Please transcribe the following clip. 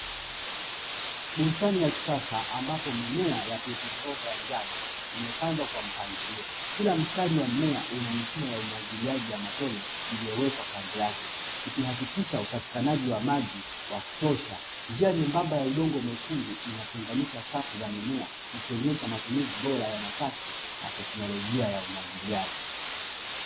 Bustani ya kisasa ambapo mimea ya pilipili hoho ya njano imepandwa kwa mpangilio. Kila mstari wa mmea una mifumo ya umwagiliaji ya matone iliyowekwa kando yake ikihakikisha upatikanaji wa maji wa kutosha. Njia nyembamba ya udongo mwekundu unatenganisha safu za mimea ikionyesha matumizi bora ya nafasi na teknolojia ya umwagiliaji.